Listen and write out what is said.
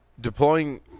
deploying